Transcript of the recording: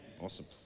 awesome